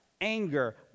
anger